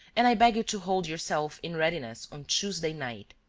and i beg you to hold yourself in readiness on tuesday night.